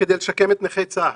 כדי לשקם את נכי צה"ל,